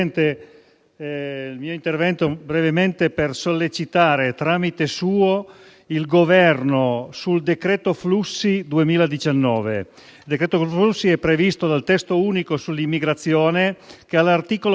intervengo brevemente per sollecitare, suo tramite, il Governo sul decreto flussi 2019. Il decreto è previsto dal testo unico sull'immigrazione, che all'articolo 3